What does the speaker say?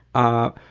our